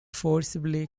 forcibly